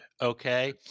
okay